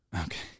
Okay